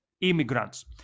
immigrants